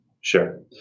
Sure